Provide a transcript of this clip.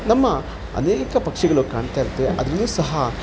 ನಮ್ಮ ಅನೇಕ ಪಕ್ಷಿಗಳು ಕಾಣ್ತಾ ಇರ್ತೇವೆ ಆದ್ರೂ ಸಹ